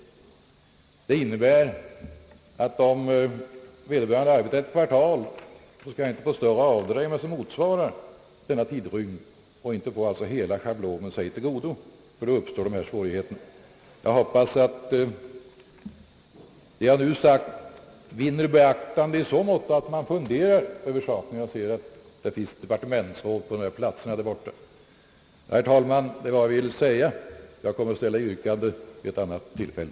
Det innebär att om vederbörande arbetar ett kvartal, skall han inte få större avdrag än som motsvarar denna tid och alltså inte få tillgodogöra sig hela schablonavdraget, ty då uppstår de här svårigheterna. Jag hoppas att vad jag nu sagt vinner beaktande i så måtto att man funderar över saken — jag ser att det finns departementsråd på platserna där borta. Herr talman! Det var vad jag ville säga. Jag kommer att ställa yrkanden vid ett annat tillfälle.